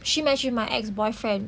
she my she my ex boyfriend